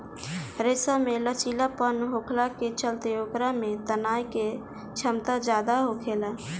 रेशा में लचीलापन होखला के चलते ओकरा में तनाये के क्षमता ज्यादा होखेला